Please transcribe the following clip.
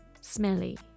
Smelly